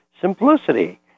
simplicity